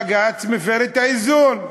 בג"ץ מפר את האיזון.